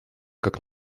как